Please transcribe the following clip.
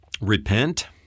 repent